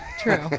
True